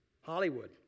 Hollywood